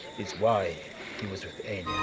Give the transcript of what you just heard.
is why he was with